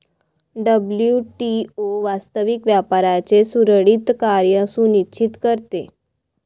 WTO वास्तविक व्यापाराचे सुरळीत कार्य सुनिश्चित करते